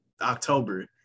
october